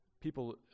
people